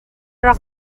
rak